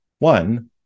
One